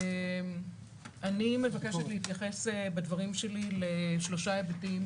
אני מבקשת להתייחס בדברים שלי ל-3 היבטים